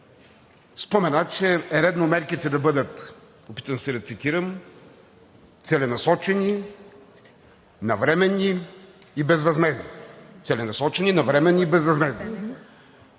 спомена, че е редно мерките да бъдат – опитвам се да цитирам: „целенасочени, навременни и безвъзмездни“.